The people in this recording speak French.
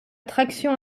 traction